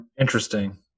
Interesting